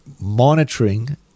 Monitoring